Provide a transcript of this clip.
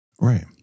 Right